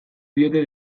diote